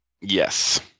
Yes